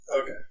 Okay